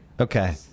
Okay